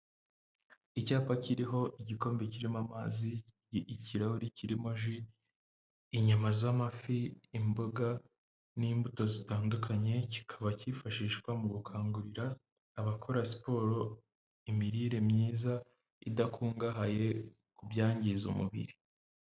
Icyapa kiriho igikombe kirimo amazi, ikirahuri kirimo ji, inyama z'amafi, imboga n'imbuto zitandukanye, kikaba kifashishwa mu gukangurira abakora siporo imirire myiza idakungahaye ku byangiza umubiri.